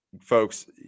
folks